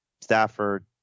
Stafford